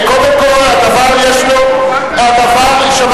קודם כול, הדבר יש לו, יש חובת הנחה.